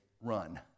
run